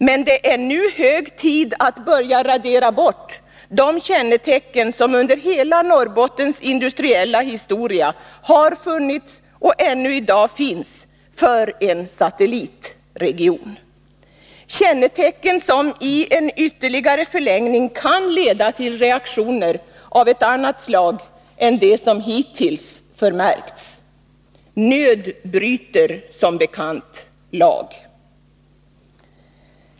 Men det är nu hög tid att börja radera bort de kännetecken som under hela Norrbottens industriella historia har funnits och ännu i dag finns för en satellitregion. Det är kännetecken som i en ytterligare förlängning kan leda till reaktioner av annat slag än de som hittills har förmärkts. Nöd bryter som bekant lag.